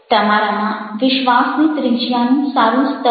તમારામાં વિશ્વાસની ત્રિજ્યાનું સારું સ્તર છે